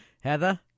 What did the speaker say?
Heather